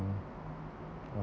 ~n